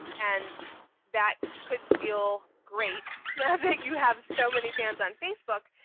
and that could feel great that you have so many fans on facebook.